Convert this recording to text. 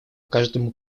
каждому